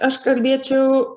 aš kalbėčiau